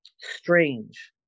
strange